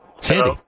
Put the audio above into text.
Sandy